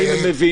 האם הם מבינים,